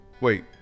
Wait